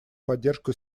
поддержку